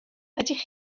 ydych